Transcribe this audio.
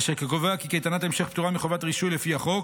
אשר קובע כי "קייטנת המשך" פטורה מחובת רישוי לפי החוק.